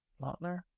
Lautner